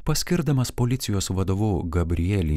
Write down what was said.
paskirdamas policijos vadovu gabrielį